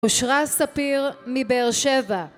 אושרה ספיר מבאר שבע